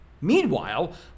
Meanwhile